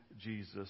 Jesus